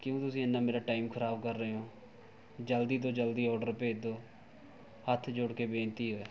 ਕਿਉਂ ਤੁਸੀਂ ਇੰਨਾ ਮੇਰਾ ਟਾਈਮ ਖਰਾਬ ਕਰ ਰਹੇ ਹੋ ਜਲਦੀ ਤੋਂ ਜਲਦੀ ਓਡਰ ਭੇਜ ਦਿਉ ਹੱਥ ਜੋੜ ਕੇ ਬੇਨਤੀ ਓ ਆ